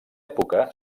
època